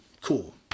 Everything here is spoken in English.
Cool